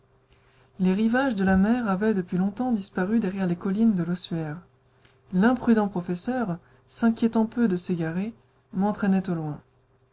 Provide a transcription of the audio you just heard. les rivages de la mer avaient depuis longtemps disparu derrière les collines de l'ossuaire l'imprudent professeur s'inquiétant peu de d'égarer m'entraînait au loin